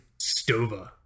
Stova